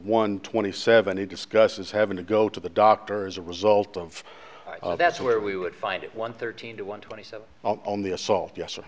one twenty seven he discusses having to go to the doctor as a result of that's where we would find it one thirteen to one twenty seven on the assault yes